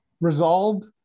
resolved